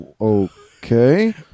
Okay